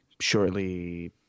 shortly